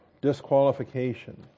disqualification